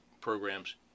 programs